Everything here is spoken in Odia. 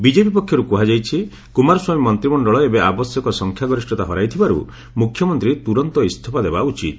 ବିକେପି ପକ୍ଷରୁ କୁହାଯାଇଛି କୁମାରସ୍ୱାମୀ ମନ୍ତିମଣ୍ଡଳ ଏବେ ଆବଶ୍ୟକ ସଂଖ୍ୟାଗରିଷତା ହରାଇଥିବାରୁ ମୁଖ୍ୟମନ୍ତ୍ରୀ ତୁରନ୍ତ ଇସ୍ତଫା ଦେବା ଉଚିତ